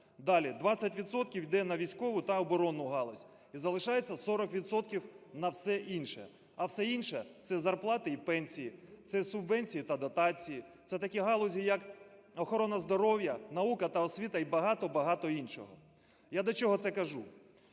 відсотків йде на військову та оборонну галузь і залишається 40 відсотків на все інше, а всі інше – це зарплати і пенсії, це субвенції та дотації, це такі галузі, як охорона здоров'я, наука та освіта і багато-багато іншого. Я до чого це кажу?